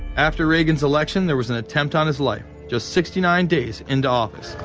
after reagan's election there was an attempt on his life. just sixty-nine days into office.